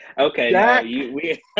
Okay